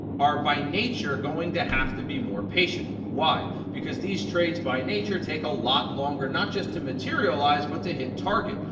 are, by nature, going to have to be more patient, why? because these trades, by nature, take a lot longer not just to materialize, but to hit target.